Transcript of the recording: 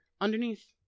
underneath